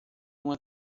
uma